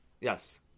Yes